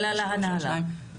אלא להנהלה.